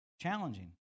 challenging